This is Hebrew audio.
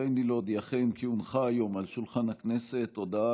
הריני להודיעכם כי הונחה היום על שולחן הכנסת הודעה